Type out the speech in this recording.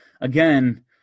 again